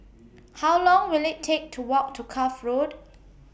How Long Will IT Take to Walk to Cuff Road